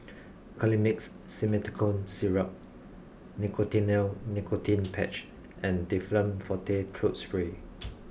Colimix Simethicone syrup Nicotinell Nicotine patch and Difflam Forte throat spray